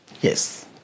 Yes